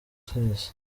twese